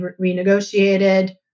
renegotiated